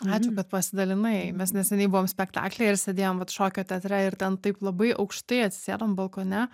ačiū kad pasidalinai mes neseniai buvom spektaklyje ir sėdėjom šokio teatre ir ten taip labai aukštai atsisėdom balkone